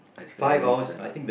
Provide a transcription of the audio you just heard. I very seldom